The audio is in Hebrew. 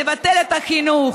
נבטל את החינוך,